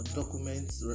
documents